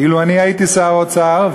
אילו אני הייתי שר האוצר,